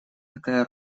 такая